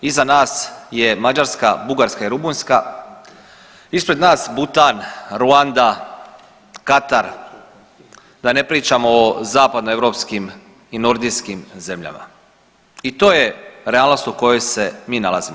Iza nas je Mađarska, Bugarska i Rumunjska, ispred nas Butan, Ruanda, Katar da ne pričam o Zapadnoeuropskim i nordijskim zemljama i to je realnog u kojoj se mi nalazimo.